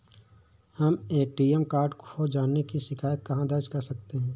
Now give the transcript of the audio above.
हम ATM card खो जाने की शिकायत कहाँ दर्ज कर सकते हैं?